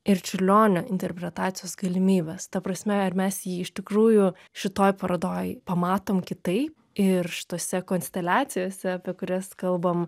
ir čiurlionio interpretacijos galimybes ta prasme ar mes jį iš tikrųjų šitoj parodoj pamatom kitaip ir šitose konsteliacijose apie kurias kalbam